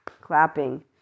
clapping